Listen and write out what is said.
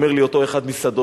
אומר לי אותו אחד משדות,